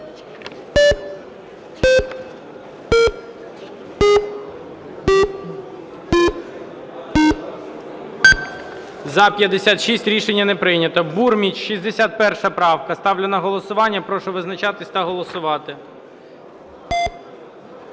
За-56 Рішення не прийнято. Бурміч, 61 правка. Ставлю на голосування. Прошу визначатись та голосувати.